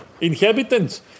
inhabitants